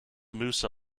musa